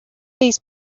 these